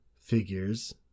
figures